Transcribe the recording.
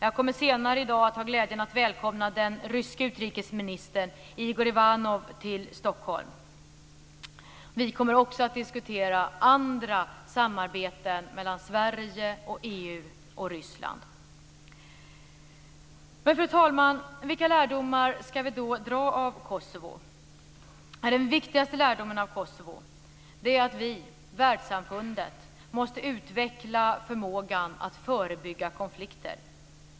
Jag kommer senare i dag att ha glädjen att välkomna den ryske utrikesministern Igor Ivanov till Stockholm. Vi kommer också att diskutera andra samarbeten mellan Sverige, och EU, och Ryssland. Fru talman! Vilka lärdomar skall vi då dra av Kosovo? Den viktigaste lärdomen är att vi i världssamfundet måste utveckla förmågan att förebygga konflikter.